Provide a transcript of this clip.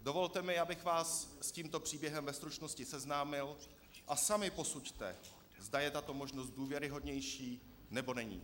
Dovolte mi, abych vás s tímto příběhem ve stručnosti seznámil, a sami posuďte, zda je tato možnost důvěryhodnější, nebo není.